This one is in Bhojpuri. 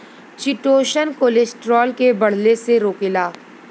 चिटोसन कोलेस्ट्राल के बढ़ले से रोकेला